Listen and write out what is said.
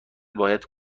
باید